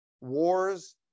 wars